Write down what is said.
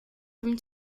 from